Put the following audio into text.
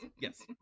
yes